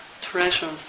treasures